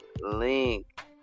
link